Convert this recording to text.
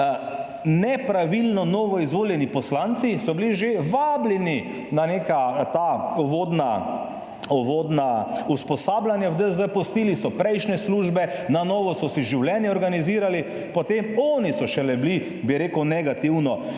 nepravilno novoizvoljeni poslanci so bili že vabljeni na neka ta uvodna, uvodna usposabljanja v DZ, pustili so prejšnje službe, na novo so si življenje organizirali, potem oni so šele bili, bi rekel, negativno